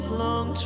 long